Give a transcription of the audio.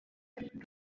depicts